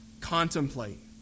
contemplate